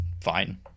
fine